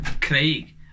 Craig